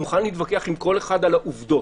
אני מוכן להתווכח עם כל אחד על העובדות.